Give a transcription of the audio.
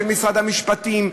של משרד המשפטים,